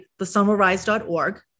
thesunwillrise.org